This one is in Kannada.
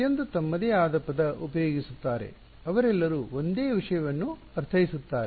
ಪ್ರತಿಯೊಬ್ಬರೂ ತಮ್ಮದೇ ಆದ ಪದ ಉಪಯೋಗಿಸುತ್ತಾರೆ ಅವರೆಲ್ಲರೂ ಒಂದೇ ವಿಷಯವನ್ನು ಅರ್ಥೈಸುತ್ತಾರೆ